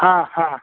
ह ह